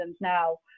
now